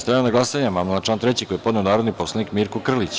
Stavljam na glasanje amandman na član 3. koji je podneo narodni poslanik Mirko Krlić.